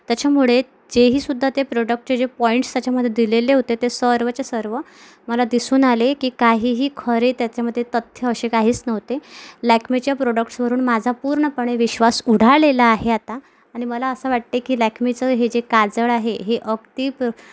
त्याच्यामुळे जे ही सुध्दा ते प्रोडक्टचे जे पॉइंट्स त्याच्यामध्ये दिलेले होते ते सर्वच्या सर्व मला दिसून आले की काहीही खरे त्याच्यामध्ये तथ्य असे काहीच नव्हते लॅकमेच्या प्रोडक्टसवरून माझा पूर्णपणे विश्वास उडालेला आहे आता आणि मला असं वाटते की लॅकमेचं हे जे काजळ आहे हे अगदी